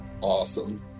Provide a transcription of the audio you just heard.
awesome